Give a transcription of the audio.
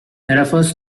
refers